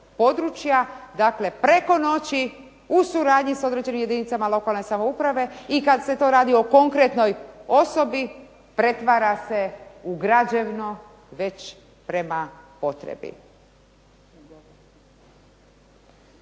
dakle preko noći u suradnji sa određenim jedinicama lokalne samouprave i kad se to radi o konkretnoj osobi pretvara se u građevno već prema potrebi.